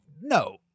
No